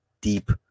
deep